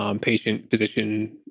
Patient-physician